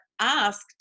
asked